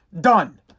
Done